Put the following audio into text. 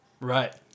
Right